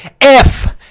F-